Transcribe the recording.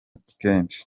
kenshi